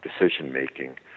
decision-making